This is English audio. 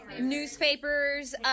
newspapers